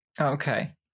Okay